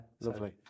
Lovely